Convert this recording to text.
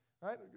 right